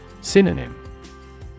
Synonym